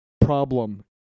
problem